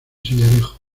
sillarejo